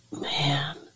Man